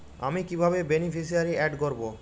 আমি কিভাবে beneficiary add করব?